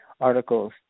articles